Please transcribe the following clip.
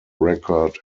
record